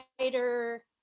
writer